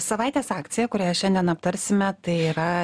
savaitės akcija kurią šiandien aptarsime tai yra